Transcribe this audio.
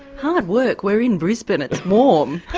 hard work. we're in brisbane, it's warm.